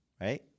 right